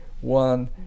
one